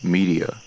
Media